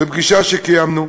בפגישה שקיימנו,